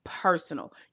personal